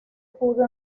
pudo